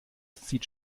sieht